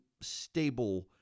stable